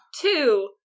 two